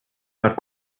not